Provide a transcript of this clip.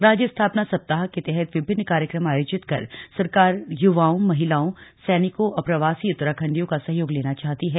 राज्य स्थापना सप्ताह के तहत विभिन्न कार्यक्रम आयोजित कर सरकार युवाओं महिलाओं सैनिकों अप्रवासी उत्तराखण्डियों का सहयोग लेना चाहती है